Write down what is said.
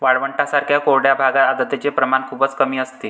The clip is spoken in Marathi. वाळवंटांसारख्या कोरड्या भागात आर्द्रतेचे प्रमाण खूपच कमी असते